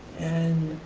and